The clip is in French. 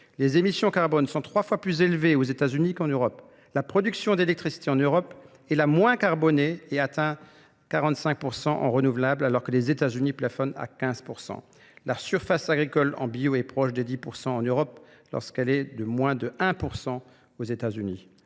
Les émissions carbone sont trois fois plus élevées aux États-Unis qu'en Europe. La production d'électricité en Europe est la moins carbonée et atteint 45% en renouvelables alors que les États-Unis plafonnent à 15%. La surface agricole en bio est proche de 10% en Europe lorsqu'elle est de moins de 1% aux États-Unis.